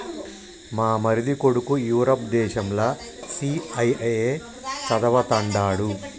మా మరిది కొడుకు యూరప్ దేశంల సీఐఐఏ చదవతండాడు